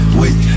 wait